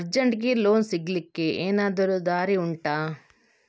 ಅರ್ಜೆಂಟ್ಗೆ ಲೋನ್ ಸಿಗ್ಲಿಕ್ಕೆ ಎನಾದರೂ ದಾರಿ ಉಂಟಾ